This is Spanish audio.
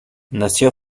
nació